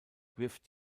wirft